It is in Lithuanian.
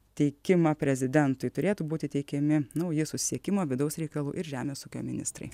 teikimą prezidentui turėtų būti teikiami nauji susisiekimo vidaus reikalų ir žemės ūkio ministrai